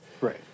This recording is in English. Right